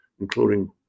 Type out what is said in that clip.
including